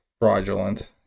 fraudulent